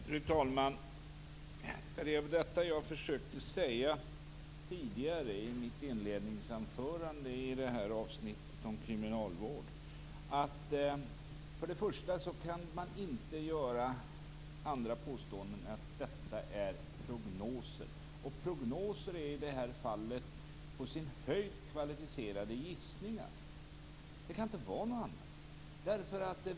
Fru talman! Det var detta jag försökte säga tidigare i mitt inledningsanförande i avsnittet om kriminalvård. Man kan inte göra andra påståenden än att detta är prognoser, och prognoser är i det här fallet på sin höjd kvalificerade gissningar. De kan inte vara något annat.